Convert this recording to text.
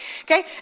okay